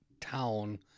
town